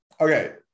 okay